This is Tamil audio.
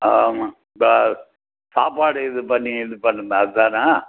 ஆமாம் இந்த சாப்பாடு இது பண்ணி இது பண்ணமே அதானே